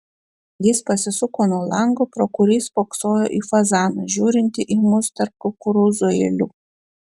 jis pasisuko nuo lango pro kurį spoksojo į fazaną žiūrintį į mus tarp kukurūzų eilių